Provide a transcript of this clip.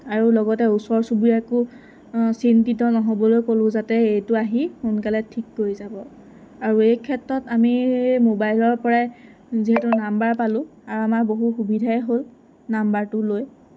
আৰু লগতে ওচৰ চুবুৰীয়াকো চিন্তিত নহ'বলৈ ক'লোঁ যাতে এইটো আহি সোনকালে ঠিক কৰি যাব আৰু এই ক্ষেত্ৰত আমি মোবাইলৰপৰাই যিহেতু নাম্বাৰ পালোঁ আৰু আমাৰ বহু সুবিধাই হ'ল নাম্বাৰটো লৈ